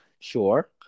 Sure